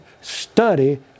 study